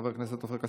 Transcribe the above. חבר הכנסת עופר כסיף,